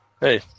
Hey